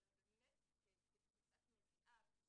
אבל באמת כתפיסת מניעה,